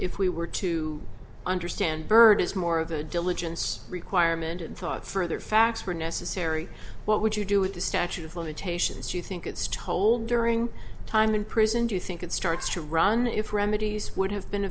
if we were to understand byrd is more of a diligence requirement and thought further facts were necessary what would you do with the statute of limitations you think it's told during a time in prison do you think it starts to run if remedies would have been